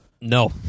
No